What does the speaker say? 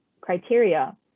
criteria